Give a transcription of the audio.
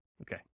Okay